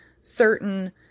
certain